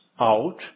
out